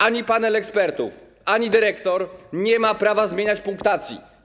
Ani panel ekspertów, ani dyrektor nie mają prawa zmieniać punktacji.